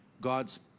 god's